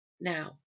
Now